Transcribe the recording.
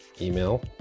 email